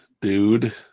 Dude